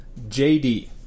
JD